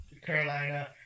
Carolina